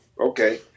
Okay